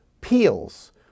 Peels